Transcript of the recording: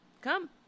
Come